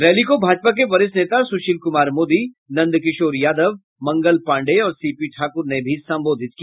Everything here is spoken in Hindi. रैली को भाजपा के वरिष्ठ नेता सुशील कुमार मोदी नंद किशोर यादव मंगल पांडेय और सीपी ठाकुर ने भी संबोधित किया